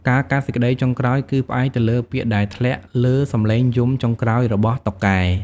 ការកាត់សេចក្តីចុងក្រោយគឺផ្អែកទៅលើពាក្យដែលធ្លាក់លើសំឡេងយំចុងក្រោយរបស់តុកែ។